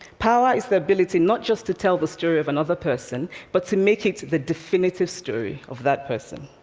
power is the ability not just to tell the story of another person, but to make it the definitive story of that person.